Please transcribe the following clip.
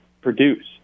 produce